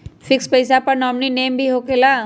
Fix पईसा पर nominee name भी होकेला?